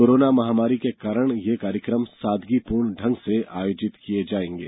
corona महामारी के कारण ये कार्यक्रम सादगीपूर्ण ढंग से आयोजित किये जायेंगे